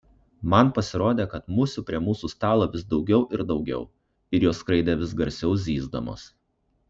man pasirodė kad musių prie mūsų stalo vis daugiau ir daugiau ir jos skraidė vis garsiau zyzdamos